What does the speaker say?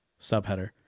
Subheader